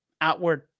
outward